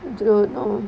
don't know